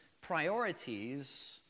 priorities